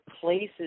places